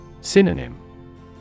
Synonym